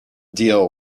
deal